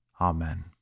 Amen